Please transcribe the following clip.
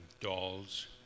dolls